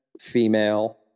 female